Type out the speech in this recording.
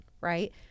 right